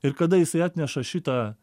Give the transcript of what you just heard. ir kada jisai atneša šitą